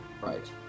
Right